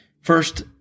First